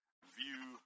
View